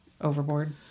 Overboard